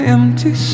empty